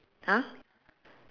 !huh!